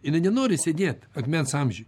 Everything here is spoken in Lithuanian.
jinai nenori sėdėt akmens amžiuj